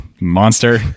monster